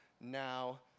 now